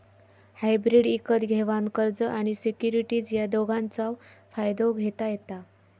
hybrid इकत घेवान कर्ज आणि सिक्युरिटीज या दोघांचव फायदो घेता येता